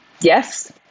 Yes